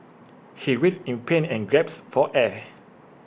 he writhed in pain and gasped for air